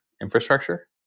infrastructure